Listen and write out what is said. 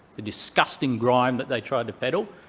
the disgusting grime that they tried to peddle,